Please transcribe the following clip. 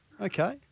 okay